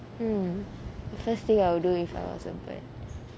hmm the first thing I will do if I was a bird